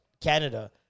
Canada